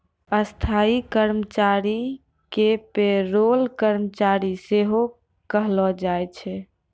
स्थायी कर्मचारी के पे रोल कर्मचारी सेहो कहलो जाय छै